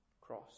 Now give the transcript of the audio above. cross